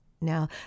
Now